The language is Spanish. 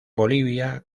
bolivia